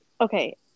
okay